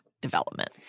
development